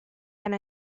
and